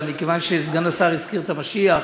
אבל מכיוון שסגן השר הזכיר את המשיח,